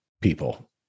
people